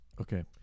Okay